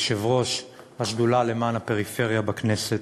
יושב-ראש השדולה למען הפריפריה בכנסת.